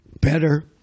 better